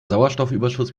sauerstoffüberschuss